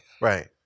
Right